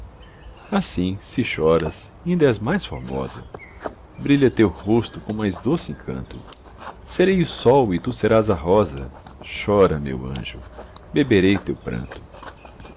assim se choras inda és mais formosa brilha teu rosto com mais doce encanto serei o sol e tu serás a rosa chora meu anjo beberei teu pranto